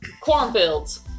cornfields